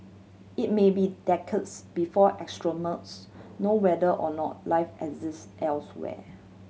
it may be decades before astronomers know whether or not life exists elsewhere